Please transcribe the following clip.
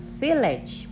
village